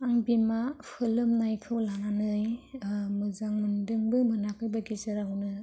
आं बिमा फोलोमनायखौ लानानै मोजां मोनदोंबो मोनाखैबो गेजेरावनो